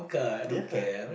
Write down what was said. ya